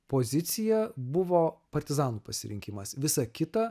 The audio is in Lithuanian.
pozicija buvo partizanų pasirinkimas visa kita